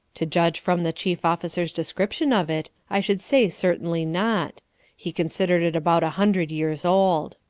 to judge from the chief officer's description of it i should say certainly not he considered it about a hundred years old.